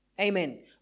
Amen